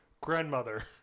grandmother